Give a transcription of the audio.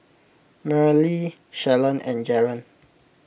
Marlie Shalon and Jaron